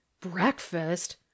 breakfast